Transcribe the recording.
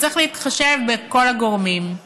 וצריך להתחשב בכל הגורמים.